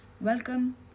welcome